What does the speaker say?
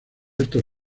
estos